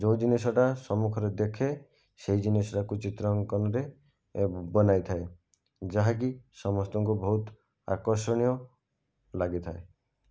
ଯେଉଁ ଜିନିଷଟା ସମ୍ମୁଖରେ ଦେଖେ ସେହି ଜିନିଷଟାକୁ ଚିତ୍ର ଅଙ୍କନରେ ବନାଇଥାଏ ଯାହାକି ସମସ୍ତଙ୍କୁ ବହୁତ ଆକର୍ଷଣୀୟ ଲାଗିଥାଏ